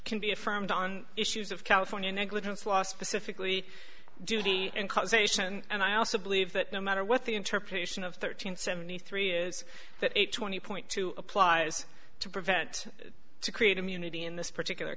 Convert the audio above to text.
can be affirmed on issues of california negligence last pacifically duty and causation and i also believe that no matter what the interpretation of thirteen seventy three is that a twenty point two applies to prevent to create immunity in this particular